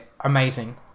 amazing